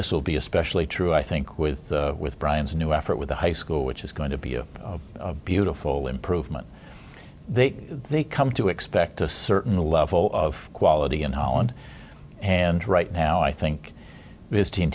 will be especially true i think with with brian's new effort with the high school which is going to be a beautiful improvement they come to expect a certain level of quality in holland and right now i think this team